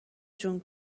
جون